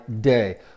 day